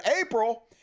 April